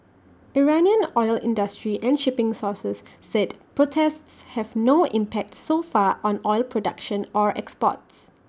Iranian oil industry and shipping sources said protests have no impact so far on oil production or exports